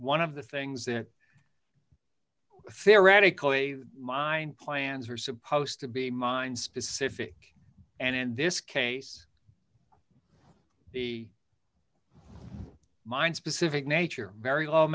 one of the things that theoretically mine plans were supposed to be mine specific and in this case the mine specific nature very low